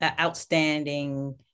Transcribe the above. outstanding